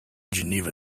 geneva